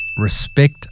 respect